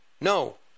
No